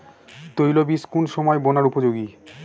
তৈল বীজ কোন সময় বোনার উপযোগী?